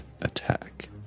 attack